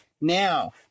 Now